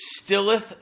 stilleth